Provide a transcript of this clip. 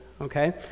Okay